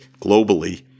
globally